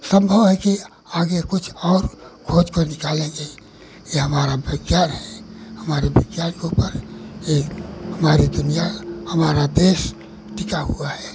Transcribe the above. सम्भव है कि आगे कुछ और खोज के निकालेंगे ही यह हमारा विज्ञान है हमारे विज्ञान के ऊपर यह हमारी दुनिया हमारा देश टिका हुआ है